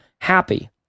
happy